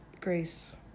Grace